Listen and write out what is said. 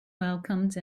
welcomed